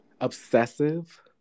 obsessive